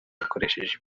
yakoresheje